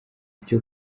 byo